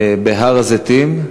בהר-הזיתים.